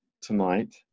tonight